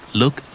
look